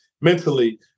mentally